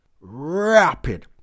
Rapid